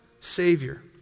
Savior